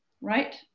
right